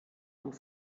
und